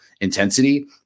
intensity